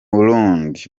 burundi